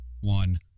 one